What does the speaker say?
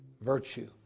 virtue